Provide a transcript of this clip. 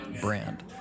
brand